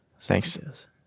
Thanks